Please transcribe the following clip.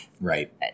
Right